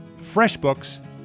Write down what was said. FreshBooks